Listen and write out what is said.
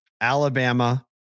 Alabama